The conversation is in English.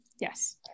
Yes